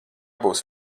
būs